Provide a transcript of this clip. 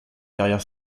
carrière